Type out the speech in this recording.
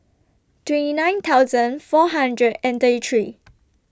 twenty nine thousand four hundred and thirty three